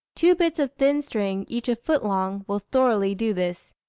two bits of thin string, each a foot long, will thoroughly do this.